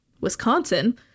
Wisconsin